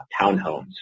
townhomes